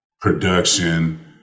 production